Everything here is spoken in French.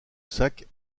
sac